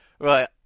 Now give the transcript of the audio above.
Right